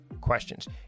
questions